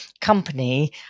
company